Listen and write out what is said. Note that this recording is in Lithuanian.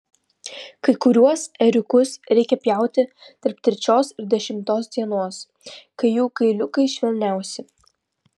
kai kuriuos ėriukus reikia pjauti tarp trečios ir dešimtos dienos kai jų kailiukai švelniausi